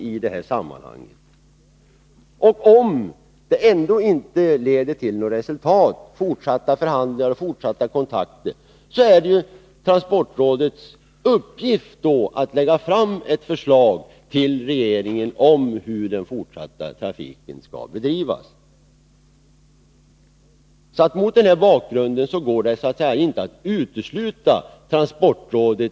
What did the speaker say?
Om fortsatta förhandlingar och kontakter inte leder till resultat, är det vidare transportrådets uppgift att lägga fram förslag till regeringen om hur den fortsatta trafiken skall bedrivas. Mot den bakgrunden går det inte att i det här sammanhanget utesluta transportrådet.